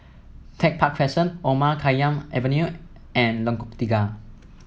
Tech Park Crescent Omar Khayyam Avenue and Lengkok Tiga